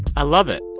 i love it.